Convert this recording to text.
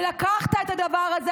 שלקחת את הדבר הזה,